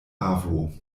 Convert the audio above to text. avo